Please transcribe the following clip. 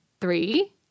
Three